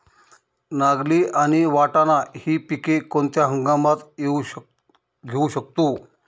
नागली आणि वाटाणा हि पिके कोणत्या हंगामात घेऊ शकतो?